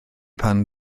pan